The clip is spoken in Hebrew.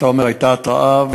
אתה אומר שהייתה התרעה,